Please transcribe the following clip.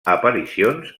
aparicions